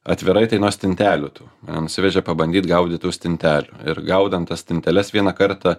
atvirai tai nuo stintelių tų nusivežė pabandyt gaudyt tų stintelių ir gaudant tas stinteles vieną kartą